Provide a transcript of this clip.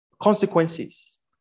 consequences